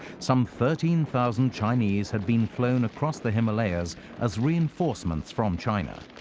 some thirteen thousand chinese had been flown across the himalayas as reinforcements from china.